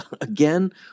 Again